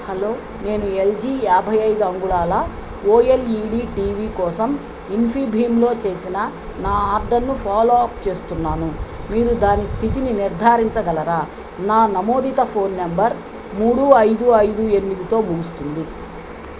hello నేను LG యాభై ఐదు అంగుళాల ఓఎల్ఈడీ టీవీ కోసం ఇన్ఫీబీమ్లో చేసిన నా ఆర్డర్ను ఫాలో అప్ చేస్తున్నాను మీరు దాని స్థితిని నిర్ధారించగలరా నా నమోదిత ఫోన్ నెంబర్ మూడు ఐదు ఐదు ఎనిమిదితో ముగుస్తుంది